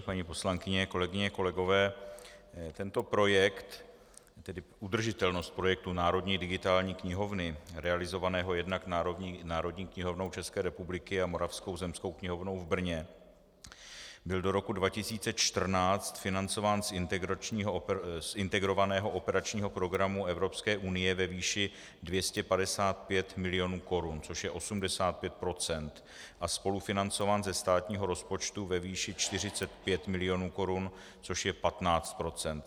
Paní poslankyně, kolegyně, kolegové, tento projekt tedy udržitelnost projektu Národní digitální knihovny, realizovaného jednak Národní knihovnou České republiky a Moravskou zemskou knihovnou v Brně, byl do roku 2014 financován z Integrovaného operačního programu Evropské unie ve výši 255 milionů korun, což je 85 %, a spolufinancován ze státního rozpočtu ve výši 45 milionů korun, což je 15 %.